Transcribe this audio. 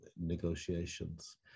negotiations